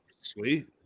sweet